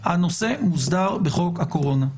הנושא מוסדר בחוק הקורונה.